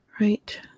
Right